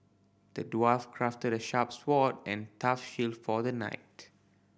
the dwarf crafted the sharp sword and tough shield for the knight